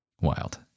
Wild